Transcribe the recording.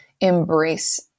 embrace